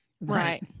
Right